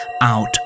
out